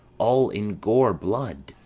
all in gore-blood.